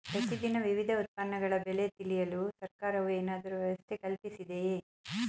ಪ್ರತಿ ದಿನ ವಿವಿಧ ಉತ್ಪನ್ನಗಳ ಬೆಲೆ ತಿಳಿಯಲು ಸರ್ಕಾರವು ಏನಾದರೂ ವ್ಯವಸ್ಥೆ ಕಲ್ಪಿಸಿದೆಯೇ?